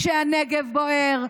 כשהנגב בוער,